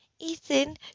Ethan